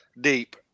deep